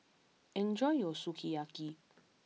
enjoy your Sukiyaki